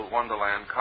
Wonderland